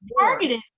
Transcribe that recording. targeted